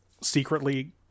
secretly